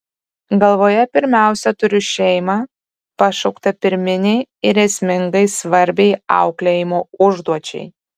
galvoje pirmiausia turiu šeimą pašauktą pirminei ir esmingai svarbiai auklėjimo užduočiai